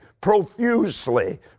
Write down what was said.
profusely